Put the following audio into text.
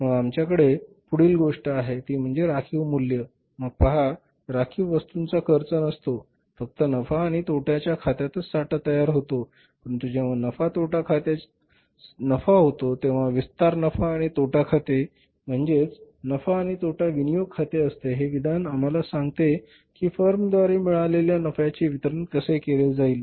मग आमच्याकडे पुढील गोष्ट आहे ती म्हणजे राखीव मूल्य मग पहा राखीव वस्तूंचा खर्च नसतो फक्त नफा आणि तोटाच्या खात्यातच साठा तयार होतो परंतु जेव्हा नफा तोटा खात्यात नफा होतो तेव्हा विस्तार नफा आणि तोटा खाते म्हणजे नफा आणि तोटा विनियोग खाते असते हे विधान आम्हाला सांगते की फर्मद्वारे मिळवलेल्या नफ्याचे वितरण कसे केले जाईल